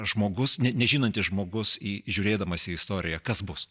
žmogus nežinantis žmogus į žiūrėdamas į istoriją kas bus